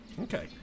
Okay